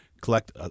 collect